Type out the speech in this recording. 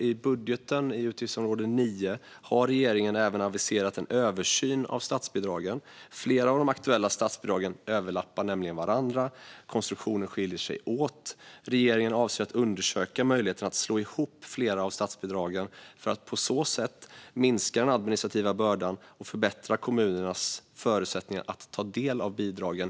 I budgetens utgiftsområde 9 har regeringen även aviserat en översyn av statsbidragen. Flera av de aktuella statsbidragen överlappar nämligen varandra, och konstruktionen skiljer sig åt. Regeringen avser att undersöka möjligheten att slå ihop flera av statsbidragen för att på så sätt minska den administrativa bördan och förbättra kommunernas förutsättningar att ta del av bidragen.